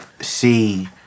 see